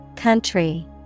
Country